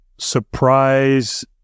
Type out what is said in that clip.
surprise